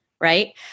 right